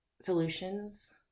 solutions